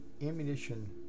ammunition